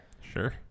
Sure